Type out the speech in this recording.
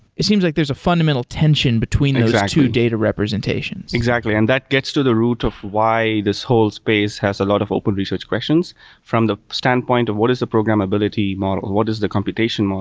it seems like there's a fundamental tension between those two data representations. exactly, and that gets to the root of why this whole space has a lot of open research questions from the standpoint of what is a programmability model? what is the computational